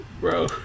bro